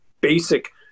basic